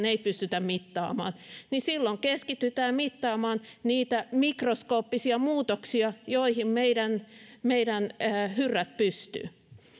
ei pystytä mittaamaan niin silloin keskitytään mittaamaan niitä mikroskooppisia muutoksia joihin meidän meidän hyrrät pystyvät